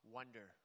wonder